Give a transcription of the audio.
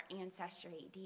ancestry